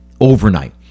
overnight